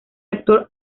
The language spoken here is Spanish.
actor